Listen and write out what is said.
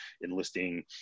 enlisting